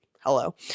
hello